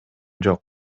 жок